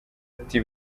ati